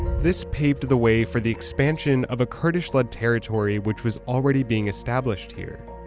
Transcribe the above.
this paved the way for the expansion of a kurdish-led territory which was already being established here.